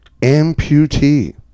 amputee